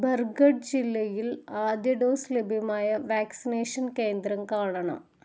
ബർഗഢ് ജില്ലയിൽ ആദ്യ ഡോസ് ലഭ്യമായ വാക്സിനേഷൻ കേന്ദ്രം കാണണം